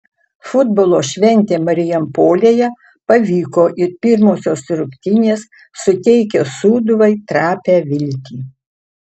futbolo šventė marijampolėje pavyko ir pirmosios rungtynės suteikia sūduvai trapią viltį